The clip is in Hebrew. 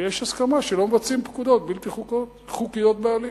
ויש הסכמה שלא מבצעים פקודות בלתי חוקיות בעליל.